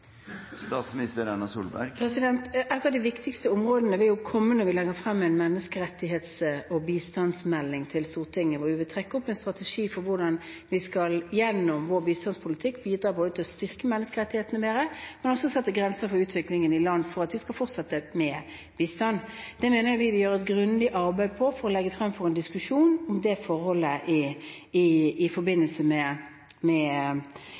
Et av de viktigste områdene vil fremkomme når vi legger frem en menneskerettighets- og bistandsmelding til Stortinget, hvor vi vil trekke opp en strategi for hvordan vi gjennom vår bistandspolitikk skal bidra til å styrke menneskerettighetene bedre, men også sette grenser, når det gjelder utviklingen i land, for når vi skal fortsette med bistand. Det mener jeg vi gjør et grundig arbeid med, og vi vil legge det frem for diskusjon i forbindelse med bistandspolitikken. Så kan man alltid diskutere – mye eller lite. Jeg registrerer bare at i